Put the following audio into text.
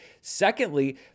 Secondly